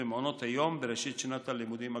במעונות היום בראשית שנת הלימודים הקרובה.